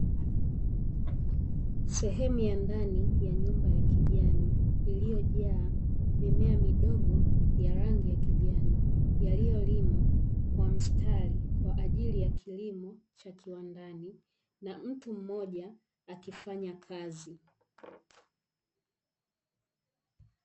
Sehemu ya ndani ya nyumba ya kijani, iliyojaa mimea midogo ya rangi ya kijani, yaliyolimwa kwa mstari kwa ajili ya kilimo cha kiwandani, na mtu mmoja akifanya kazi.